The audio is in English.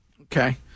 Okay